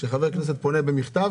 אבל אם חבר כנסת פונה במכתב,